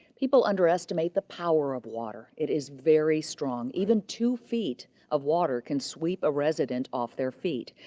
people underestimate the power of water. it is very strong. even two feet of water can sweep a resident off their feet.